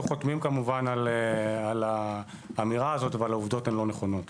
חותמים על האמירה הזו אבל העובדות לא נכונות.